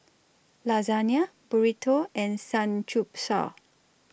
Lasagne Burrito and Samgyeopsal